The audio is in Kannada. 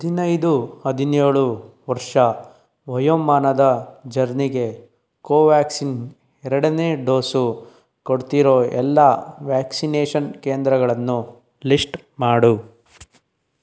ಹದಿನೈದು ಹದಿನೇಳು ವರ್ಷ ವಯೋಮಾನದ ಜನರಿಗೆ ಕೋವ್ಯಾಕ್ಸಿನ್ ಎರಡನೇ ಡೋಸು ಕೊಡ್ತಿರೋ ಎಲ್ಲ ವ್ಯಾಕ್ಸಿನೇಷನ್ ಕೇಂದ್ರಗಳನ್ನು ಲಿಸ್ಟ್ ಮಾಡು